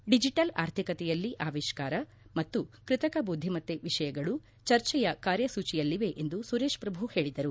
digital ಆರ್ಥಿಕತೆಯಲ್ಲಿ ಆವಿಷ್ಕಾರ ಮತ್ತು ಕೃತಕ ಜಾಗೃತ ಬುದ್ವಿಮತ್ತ ವಿಷಯಗಳು ಚರ್ಚೆಯ ಕಾರ್ಯಸೂಚಿಯಲ್ಲಿವೆ ಎಂದು ಸುರೇಶ್ ಪ್ರಭು ಹೇಳದರು